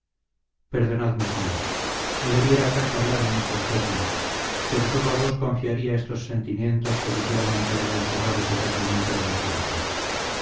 perdonadme señora no debiera acaso hablar en estos términos pero sólo a vos confiaría estos sentimientos que quisiera mantener encerrados eternamente en mi corazón